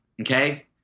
okay